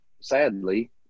sadly